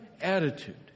attitude